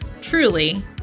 truly